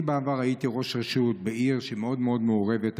אני בעבר הייתי ראש רשות בעיר שהיא מאוד מאוד מעורבת,